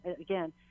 again